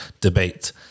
debate